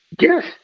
Yes